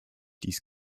dies